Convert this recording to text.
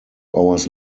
hours